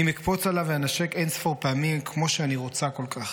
/ אם אקפוץ עליו ואנשק אין-ספור פעמים / כמו שאני רוצה כל כך.